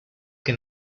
que